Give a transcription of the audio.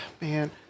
man